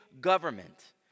government